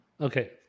Okay